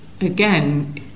again